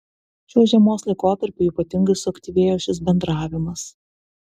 šiuo žiemos laikotarpiu ypatingai suaktyvėjo šis bendravimas